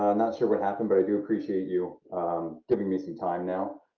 um not sure what happened, but i do appreciate you giving me some time now.